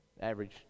average